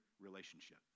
relationship